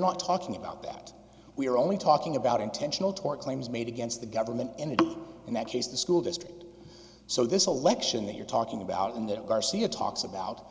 not talking about that we're only talking about intentional tort claims made against the government and in that case the school district so this election that you're talking about in that garcia talks about